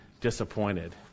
disappointed